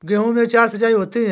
गेहूं में चार सिचाई होती हैं